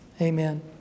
Amen